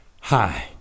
Hi